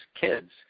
kids